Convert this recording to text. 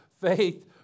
Faith